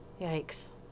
Yikes